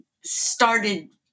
started